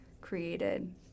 created